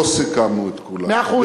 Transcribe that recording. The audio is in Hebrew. לא סיכמנו את כולם, מאה אחוז.